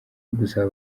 ugusaba